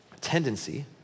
tendency